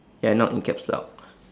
ya not in caps lock